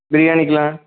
பிரியாணிக்கெல்லாம்